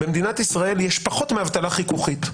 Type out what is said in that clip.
במדינת ישראל יש פחות מאבטלה חיכוכית.